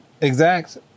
Exact